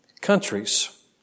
countries